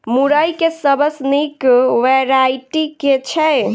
मुरई केँ सबसँ निक वैरायटी केँ छै?